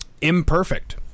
Imperfect